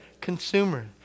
Consumer